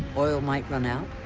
oil might run out?